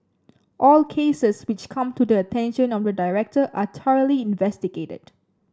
all cases which come to the attention of the director are thoroughly investigated